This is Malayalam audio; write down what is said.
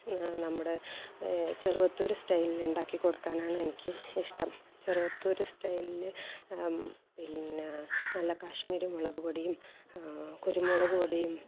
നമ്മുടെ ചെറുവത്തൂര് സ്റ്റൈലിൽ ഉണ്ടാക്കി കൊടുക്കാനാണ് എനിക്ക് ഇഷ്ടം ചെറുവത്തൂര് സ്റ്റൈലിൽ പിന്നെ നല്ല കാശ്മീരി മുളക് പൊടിയും കുരുമുളക് പൊടിയും